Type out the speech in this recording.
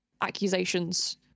accusations